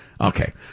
Okay